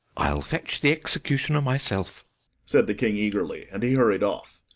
i'll fetch the executioner myself said the king eagerly, and he hurried off.